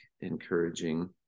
encouraging